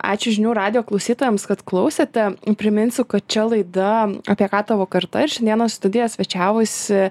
ačiū žinių radijo klausytojams kad klausėte priminsiu kad čia laida apie ką tavo karta ir šiandieną studijoj svečiavosi